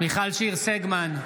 מיכל שיר סגמן,